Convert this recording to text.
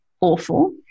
awful